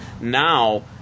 Now